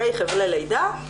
חבלי לידה,